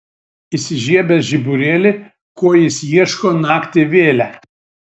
įsižiebęs žiburėlį ko jis ieško naktį vėlią